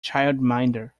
childminder